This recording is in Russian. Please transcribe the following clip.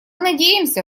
надеемся